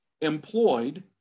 employed